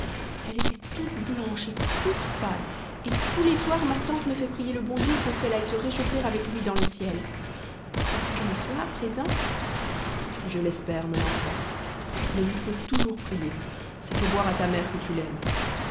elle était toute blanche et toute froide et tous les soirs ma tante me fait prier le bon dieu pour qu'elle aille se réchauffer avec lui dans le ciel crois-tu qu'elle y soit à présent je l'espère mon enfant mais il faut toujours prier ça fait voir à ta mère que tu l'aimes